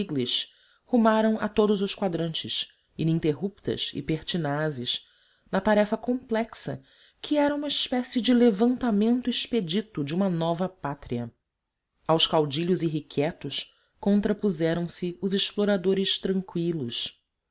stiglich rumaram a todos os quadrantes ininterruptas e pertinazes na tarefa complexa que era uma espécie de levantamento expedito de uma nova pátria aos caudilhos irrequietos contrapuseram se os exploradores tranqüilos